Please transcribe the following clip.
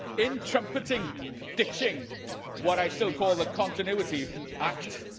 in trumpeting ditching what i still call the continuity act,